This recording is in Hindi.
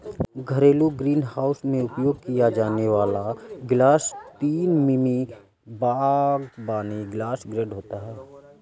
घरेलू ग्रीनहाउस में उपयोग किया जाने वाला ग्लास तीन मिमी बागवानी ग्लास ग्रेड होता है